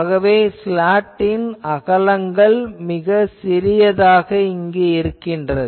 ஆகவே ஸ்லாட்டின் அகலங்கள் மிக சிறியதாக இங்கு இருக்கிறது